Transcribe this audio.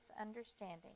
understanding